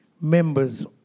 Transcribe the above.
members